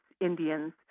Indians